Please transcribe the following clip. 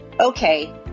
Okay